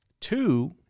Two